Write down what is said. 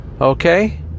Okay